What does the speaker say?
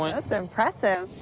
that's impressive!